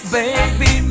baby